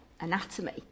anatomy